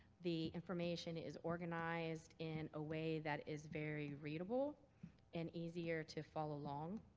the information is organized in a way that is very readable and easier to follow along